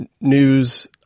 news